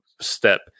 step